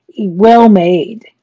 well-made